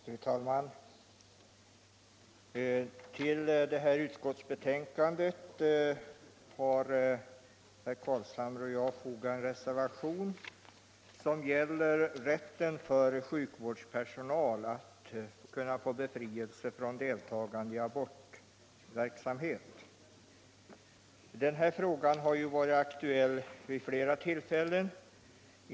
Fru talman! Till det här utskottsbetänkandet har herr Carlshamre och jag fogat en reservation som gäller rätt för sjukvårdspersonal att få befrielse från deltagande i abortverksamhet. Den frågan har varit aktuell vid flera tillfällen.